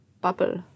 bubble